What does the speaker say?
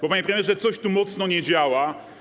Bo, panie premierze, coś tu mocno nie działa.